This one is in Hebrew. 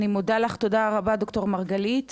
אני מודה לך, תודה רבה ד"ר מרגלית.